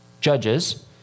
judges